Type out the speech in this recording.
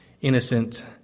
innocent